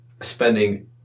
spending